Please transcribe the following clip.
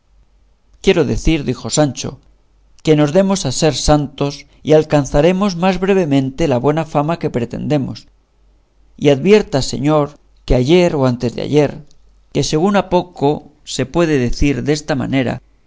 quiero decir dijo sancho que nos demos a ser santos y alcanzaremos más brevemente la buena fama que pretendemos y advierta señor que ayer o antes de ayer que según ha poco se puede decir desta manera